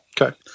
Okay